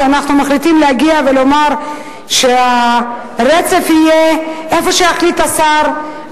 שאנחנו מחליטים להגיע ולומר שהרצף יהיה איפה שיחליט השר,